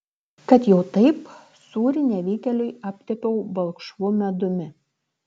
kad jau taip sūrį nevykėliui aptepiau balkšvu medumi